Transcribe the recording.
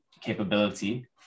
capability